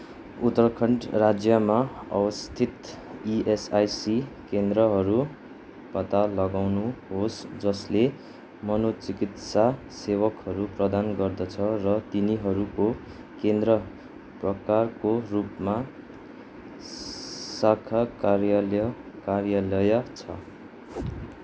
उत्तराखण्ड राज्यमा अवस्थित इएसआइसी केन्द्रहरू पत्ता लगाउनुहोस् जसले मनोचिकित्सा सेवकहरू प्रदान गर्दछ र तिनीहरूको केन्द्र प्रकारको रूपमा शाखा कार्यलय कार्यालय छ